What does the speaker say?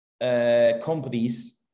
companies